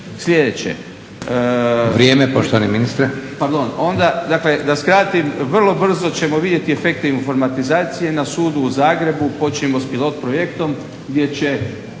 Vrijeme poštovani ministre.